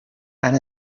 han